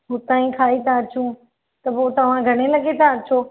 हुता ई खाईं था अचूं त पोइ तव्हां घणे लॻे था अचो